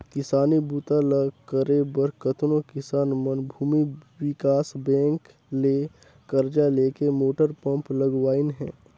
किसानी बूता ल करे बर कतनो किसान मन भूमि विकास बैंक ले करजा लेके मोटर पंप लगवाइन हें